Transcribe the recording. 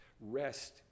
Rest